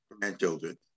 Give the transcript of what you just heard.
grandchildren